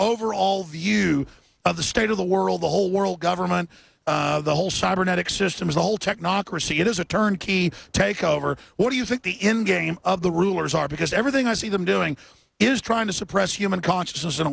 overall view of the state of the world the whole world government checkmark or see it as a turnkey takeover what do you think the end game of the rulers are because everything i see them doing is trying to suppress human consciousness in